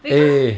because